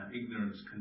ignorance